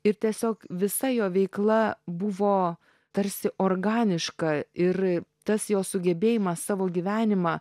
ir tiesiog visa jo veikla buvo tarsi organiška ir tas jo sugebėjimas savo gyvenimą